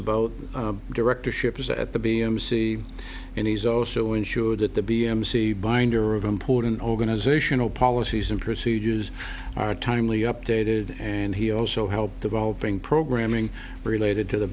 about directorships at the b m c and he's also ensured that the b m see binder of important organizational policies and procedures are timely updated and he also helped developing programming related to the